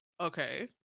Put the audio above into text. Okay